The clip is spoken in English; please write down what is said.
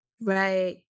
Right